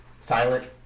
silent